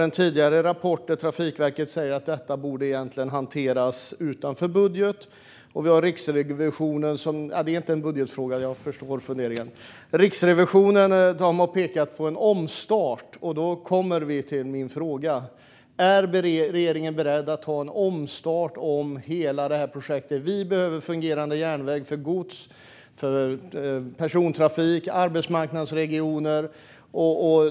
I en tidigare rapport sa Trafikverket att detta egentligen borde hanteras utanför budget. Riksrevisionen har pekat på en omstart, och det för mig till min fråga. Är regeringen beredd att göra en omstart av hela projektet? Vi behöver en fungerande järnväg för gods, persontrafik och arbetsmarknadsregioner.